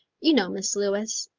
you know, miss lewis.